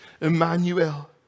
Emmanuel